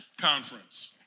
conference